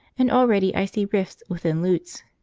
and already i see rifts within lutes.